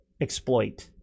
exploit